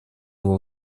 его